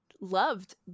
loved